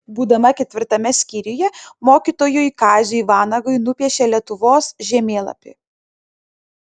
būdama ketvirtame skyriuje mokytojui kaziui vanagui nupiešė lietuvos žemėlapį